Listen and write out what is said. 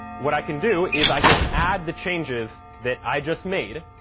what i can do is i can add the changes that i just made,